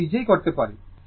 আমরা নিজেই করতে পারি